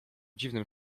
dziwnym